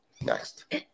Next